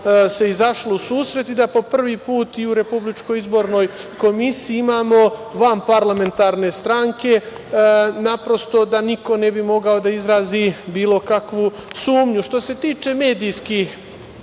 se izašlo u susret i da po prvi put i u RIK imamo vanparlamentarne stranke naprosto da niko ne bi mogao da izrazi bilo kakvu sumnju. Što se tiče medijskih